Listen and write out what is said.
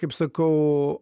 kaip sakau